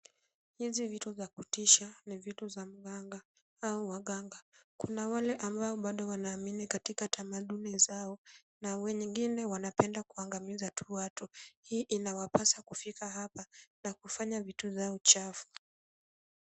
Hizi vitu vya kutisha ni vitu vya mganga au waganga. Kuna wale ambao bado wanaamini katika tamaduni zao na wengine wanapenda kuangamiza tu watu. Hii inawapasa kufika hapa na kufanya vitu zao chafu.